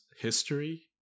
history